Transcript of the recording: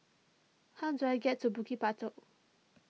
how do I get to Bukit Batok